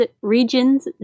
regions